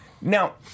Now